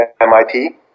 MIT